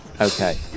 Okay